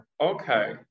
okay